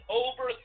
over